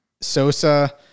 Sosa